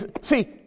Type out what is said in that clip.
see